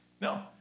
No